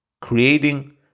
creating